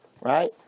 right